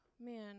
man